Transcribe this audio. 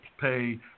pay